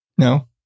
No